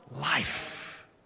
life